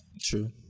True